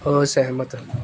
ਅਸਹਿਮਤ